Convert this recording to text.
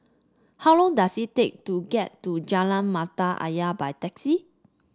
how long does it take to get to Jalan Mata Ayer by taxi